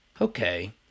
Okay